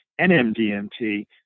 NMDMT